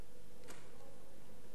שולחן